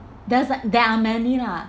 there's uh there are many lah